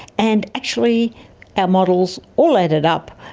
and actually our models all added up,